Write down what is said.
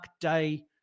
day